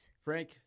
Frank